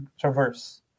traverse